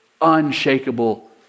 unshakable